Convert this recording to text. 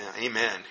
Amen